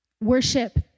Worship